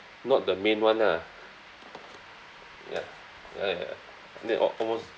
not the main one ah ya uh ya then al~ almost